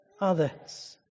others